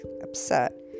upset